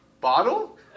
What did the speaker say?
bottle